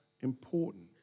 important